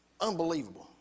Unbelievable